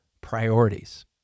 priorities